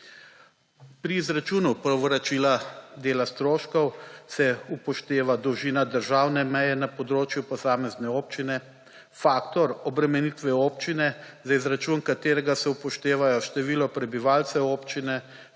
Pri izračunu povračila dela stroškov se upošteva dolžina državne meje na področju posamezne občine, faktor obremenitve občine, za izračun katerega se upoštevajo število prebivalcev občine,